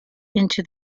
into